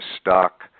stock